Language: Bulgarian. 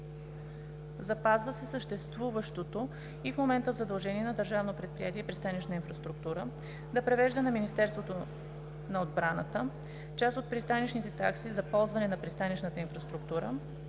запазва се съществуващото и в момента задължение на Държавно предприятие „Пристанищна инфраструктура“ да превежда на Министерството на отбраната част от пристанищните такси за ползване на пристанищната инфраструктура,